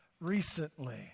recently